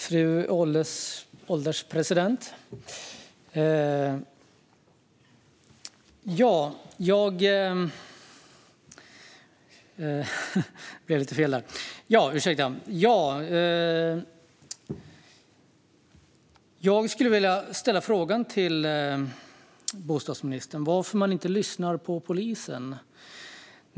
Fru ålderspresident! Jag skulle vilja fråga bostadsministern varför han inte lyssnar på polisen.